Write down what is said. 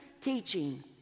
teaching